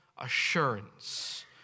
assurance